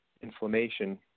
inflammation